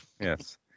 Yes